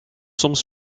soms